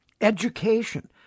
education